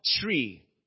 tree